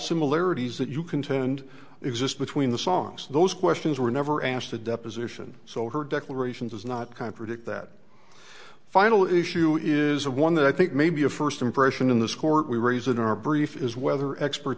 similarities that you contend exist between the songs those questions were never asked to deposition so her declaration does not contradict that final issue is one that i think maybe a first impression in this court we raise in our briefed as weather expert